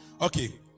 okay